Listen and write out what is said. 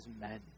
men